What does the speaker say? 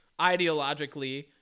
ideologically